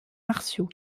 martiaux